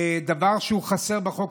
יש רק דבר שהוא חסר בחוק,